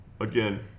again